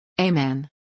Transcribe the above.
Amen